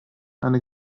eine